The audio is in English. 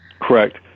Correct